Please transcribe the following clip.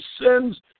sins